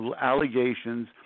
allegations